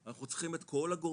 אנחנו צריכים את כל הגורמים,